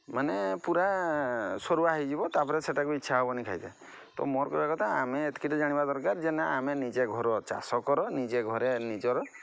ମାନେ ପୁରା ସରୁଆ ହୋଇଯିବ ତା'ପରେ ସେଇଟାକୁ ଇଚ୍ଛା ହେବନି ଖାଇତେ ତ ମୋର କହିବା କଥା ଆମେ ଏତିକିଟେ ଜାଣିବା ଦରକାର ଯେ ନା ଆମେ ନିଜେ ଘର ଚାଷ କର ନିଜେ ଘରେ ନିଜର